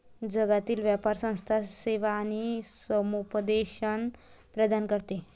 जागतिक व्यापार संस्था सेवा आणि समुपदेशन प्रदान करते